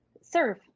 Serve